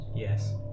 Yes